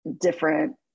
different